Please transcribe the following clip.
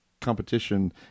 competition